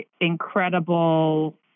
incredible